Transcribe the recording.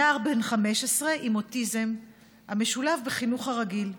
נער בן 15 עם אוטיזם המשולב בחינוך הרגיל.